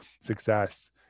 success